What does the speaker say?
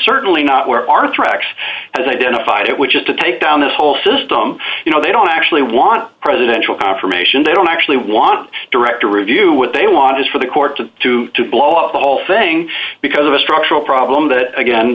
certainly not where our threats has identified it which is to take down the whole system you know they don't actually want presidential confirmation they don't actually want direct to review what they want is for the court to to to blow up the whole thing because of a structural problem that again